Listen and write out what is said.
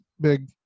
big